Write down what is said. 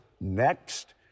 next